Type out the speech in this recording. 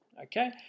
Okay